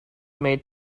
made